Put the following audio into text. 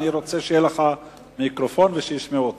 אני רוצה שיהיה לך מיקרופון ושישמעו אותך.